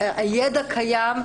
הידע קיים,